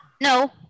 No